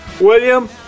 William